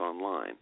online